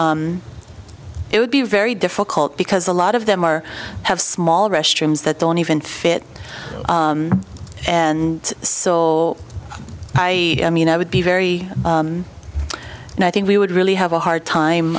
it would be very difficult because a lot of them are have small restrooms that don't even fit and saw i mean i would be very and i think we would really have a hard time